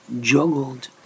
juggled